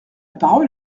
parole